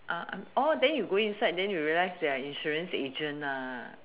then you go inside then you realize they are insurance agent